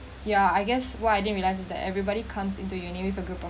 yeah I guess why didn't realise is that everybody comes into UNI with a group of